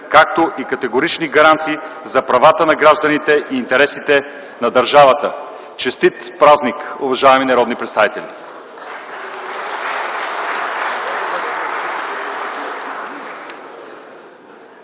както и категорични гаранции за правата на гражданите и интересите на държавата. Честит празник, уважаеми народни представители!